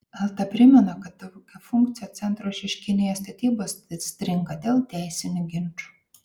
elta primena kad daugiafunkcio centro šeškinėje statybos stringa dėl teisinių ginčų